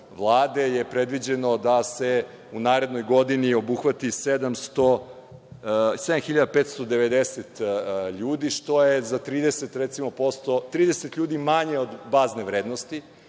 je predviđeno da se u narednoj godini obuhvati 7.590 ljudi, što je za 30 ljudi manje od bazne vrednosti.